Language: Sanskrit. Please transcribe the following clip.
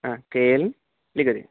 के एल् लिखति